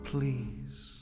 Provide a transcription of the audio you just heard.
Please